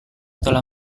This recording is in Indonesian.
telah